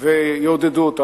ויעודדו אותה.